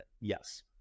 Yes